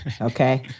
Okay